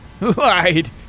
lied